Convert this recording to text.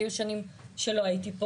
כי היו שנים שלא הייתי,